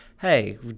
hey